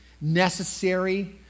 necessary